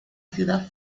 ciudad